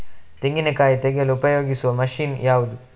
ತೆಂಗಿನಕಾಯಿ ತೆಗೆಯಲು ಉಪಯೋಗಿಸುವ ಮಷೀನ್ ಯಾವುದು?